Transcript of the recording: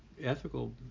ethical